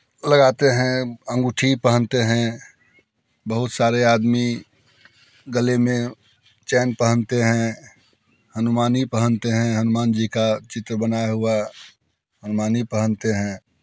लगाते हैं अंगूठी पहनते हैं बहुत सारे आदमी गले में चैन पहनते हैं हनुमानी पहनते हैं हनुमान जी का चित्र बनाया हुआ हनुमानी पहनते हैं